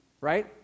right